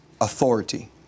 authority